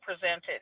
presented